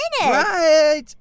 Right